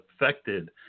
affected